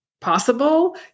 possible